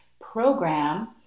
program